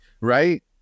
right